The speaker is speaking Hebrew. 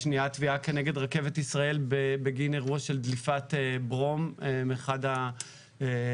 השנייה תביעה כנגד רכבת ישראל בגין אירוע של דליפת ברום מאחד הקרונות,